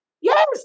Yes